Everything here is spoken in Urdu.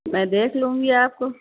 میں دیکھ لوں گی آپ کو